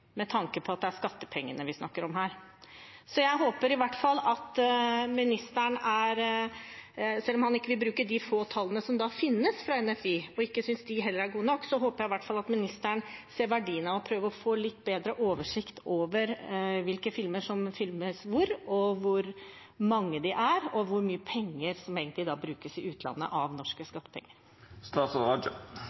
med tanke på at det er skattepengene vi snakker om her. Jeg håper i hvert fall at ministeren – selv om han ikke vil bruke de få tallene som finnes fra NFI, og ikke synes de heller er gode nok – ser verdien av å prøve å få litt bedre oversikt over hvilke filmer som filmes hvor, hvor mange de er, og hvor mye penger som egentlig brukes i utlandet av norske